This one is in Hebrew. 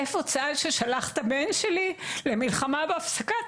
איפה צה"ל ששייך את הבן שלי למלחמה בהפסקת